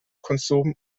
konsum